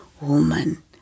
Woman